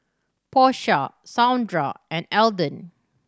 Porsha Saundra and Alden